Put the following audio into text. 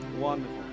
Wonderful